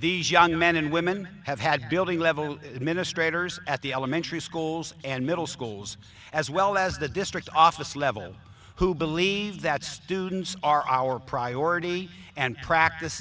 these young men and women have had building level administrators at the elementary schools and middle schools as well as the district office level who believe that students are our priority and practice